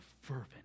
fervent